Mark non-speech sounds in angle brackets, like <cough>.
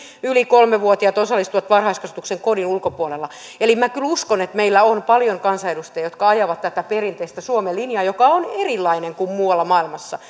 yli kolme vuotiaat osallistuvat varhaiskasvatukseen kodin ulkopuolella eli minä kyllä uskon että meillä on paljon kansanedustajia jotka ajavat tätä perinteistä suomen linjaa joka on erilainen kuin muualla maailmassa <unintelligible>